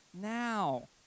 now